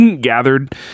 gathered